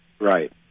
Right